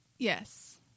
Yes